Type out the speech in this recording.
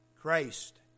Christ